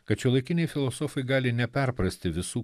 kad šiuolaikiniai filosofai gali neperprasti visų